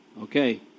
Okay